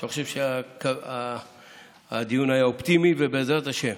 ואני חושב שהדיון היה אופטימי ובעזרת השם.